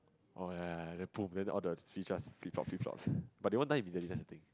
oh ya ya ya then pull then all the fish just flip flop flip flop but they won't die immediately that's the thing